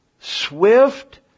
Swift